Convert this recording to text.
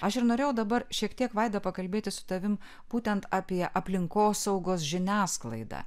aš ir norėjau dabar šiek tiek vaida pakalbėti su tavim būtent apie aplinkosaugos žiniasklaidą